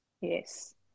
yes